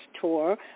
tour